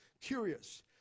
curious